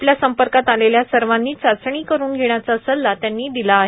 आपल्या संपर्कात आलेल्या सर्वानी चाचणी करून घेण्याचा सल्ला त्यांनी दिला आहे